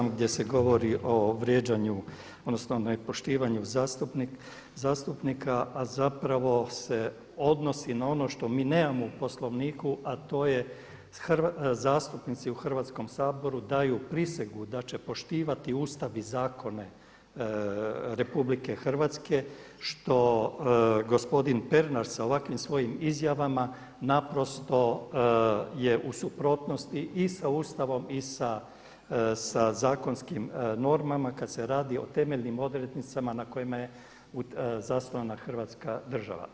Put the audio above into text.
238. gdje se govori o vrijeđanju, odnosno nepoštivanju zastupnika a zapravo se odnosi na ono što mi nemamo u Poslovniku a to je zastupnici u Hrvatskom saboru daju prisegu da će poštivati Ustav i zakone RH, što gospodin Pernar sa ovakvim svojim izjavama naprosto je u suprotnosti i sa Ustavom i sa zakonskim normama kada se radi o temeljnim odrednicama na kojima je zasnovana Hrvatska država.